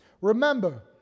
Remember